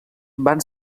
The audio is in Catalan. van